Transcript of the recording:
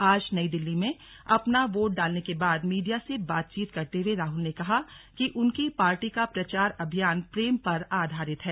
आज नई दिल्ली में अपना वोट डालने के बाद मीडिया से बातचीत करते हुए राहुल ने कहा कि उनकी पार्टी का प्रचार अभियान प्रेम पर आधारित है